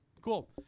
Cool